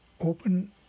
Open